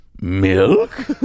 milk